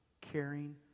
caring